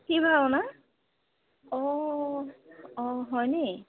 কি ভাওনা অঁ অঁ হয় নেকি